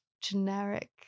generic